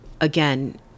again